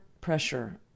pressure